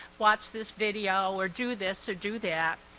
watch this video or do this or do that.